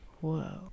Whoa